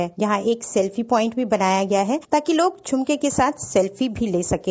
झुमके तिराहे पर एक सेल्फी प्वाइंट भी बनाया गया है ताकि लोग झुमके के साथ सेल्फी भी ले सकें